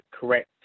correct